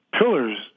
pillars